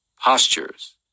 postures